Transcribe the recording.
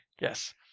Yes